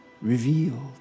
revealed